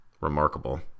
remarkable